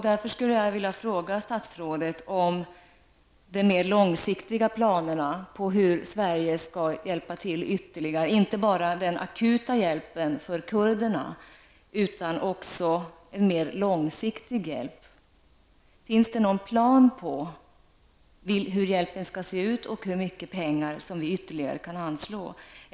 Därför skulle jag vilja fråga statsrådet om de mer långsiktiga planerna på hur Sverige ytterligare skall hjälpa till, inte bara den akuta hjälpen för kurderna utan även en mer långsiktig hjälp. Finns det någon plan på hur hjälpen skall se ut och hur mycket pengar som vi ytterligare kan anslå.